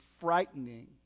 frightening